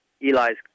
Eli's